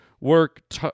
work